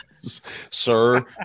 sir